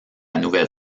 nouvelle